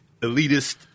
elitist